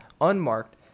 unmarked